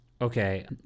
Okay